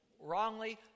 Wrongly